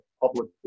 public